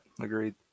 agreed